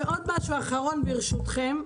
עוד משהו אחרון ברשותכם.